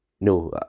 no